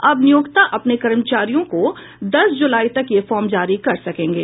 अब नियोक्ता अपने कर्मचारियों को दस जुलाई तक यह फॉर्म जारी कर सकेंगे